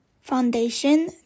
Foundation